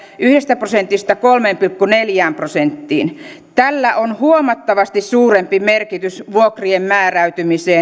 yhdestä prosentista kolmeen pilkku neljään prosenttiin tällä on huomattavasti suurempi merkitys vuokrien määräytymisessä